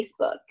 Facebook